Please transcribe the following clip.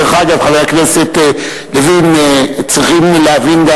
דרך אגב, חבר הכנסת לוין, צריכים גם להבין,